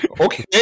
okay